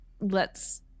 lets